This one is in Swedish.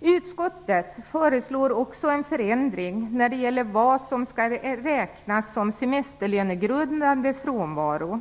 Utskottet föreslår också en förändring när det gäller vad som skall räknas som semesterlönegrundande frånvaro.